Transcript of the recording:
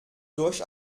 durch